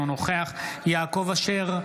אינו נוכח יעקב אשר,